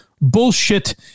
bullshit